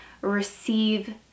receive